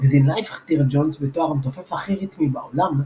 מגזין לייף הכתיר את ג'ונס בתואר "המתופף הכי ריתמי בעולם"